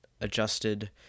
adjusted